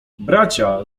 bracia